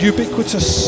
Ubiquitous